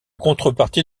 contrepartie